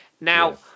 Now